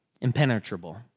impenetrable